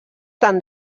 tant